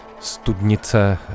studnice